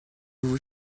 vous